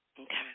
Okay